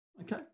Okay